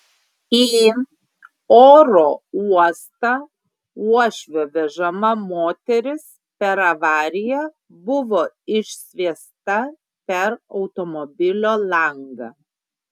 į oro uostą uošvio vežama moteris per avariją buvo išsviesta per automobilio langą